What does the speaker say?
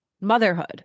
motherhood